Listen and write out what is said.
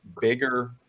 bigger